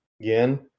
Again